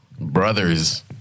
Brothers